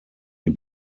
die